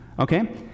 okay